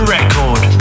Record